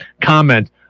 comment